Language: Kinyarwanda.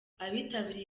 abitabiriye